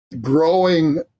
growing